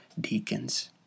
deacons